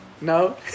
No